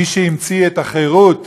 מי שהמציא את החירות